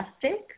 plastic